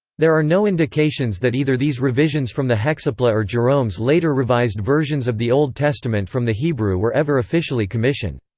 there are no indications that either these revisions from the hexapla or jerome's later revised versions of the old testament from the hebrew were ever officially commissioned.